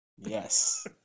Yes